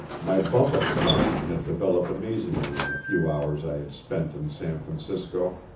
my bump of caution had developed amazingly in the few hours i had spent in san francisco,